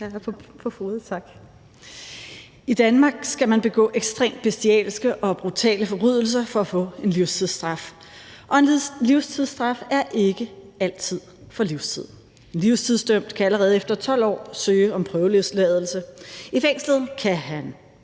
I Danmark skal man begå ekstremt bestialske og brutale forbrydelser for at få en livstidsstraf. Og en livstidsstraf er ikke altid på livstid. En livstidsdømt kan allerede efter 12 år søge om prøveløsladelse. I fængslet har han